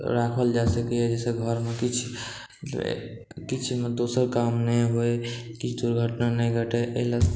राखल जा सकैए जाहिसँ घरमे किछु दोसर काम नहि होइ किछु दुर्घटना नहि घटै एहिलए